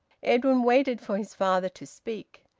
edwin waited for his father to speak,